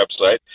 website